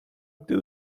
gdy